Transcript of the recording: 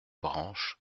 branches